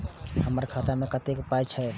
हमर खाता मे कतैक पाय बचल छै